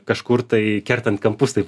kažkur tai kertant kampus taip